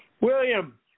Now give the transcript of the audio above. William